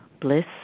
Bliss